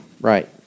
Right